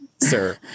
sir